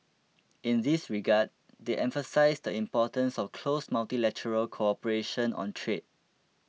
in this regard they emphasised the importance of close multilateral cooperation on trade